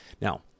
Now